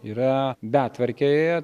yra betvarkė